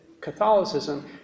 Catholicism